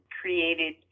created